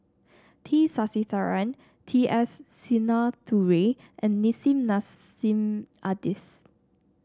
T Sasitharan T S Sinnathuray and Nissim Nassim Adis